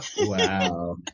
Wow